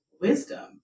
wisdom